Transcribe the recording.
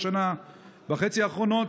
בשנה וחצי האחרונות.